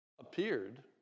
appeared